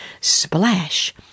Splash